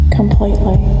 completely